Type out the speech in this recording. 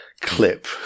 clip